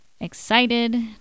Excited